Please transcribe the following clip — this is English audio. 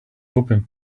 open